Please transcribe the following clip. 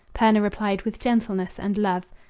purna replied, with gentleness and love.